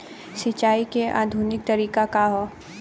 सिंचाई क आधुनिक तरीका का ह?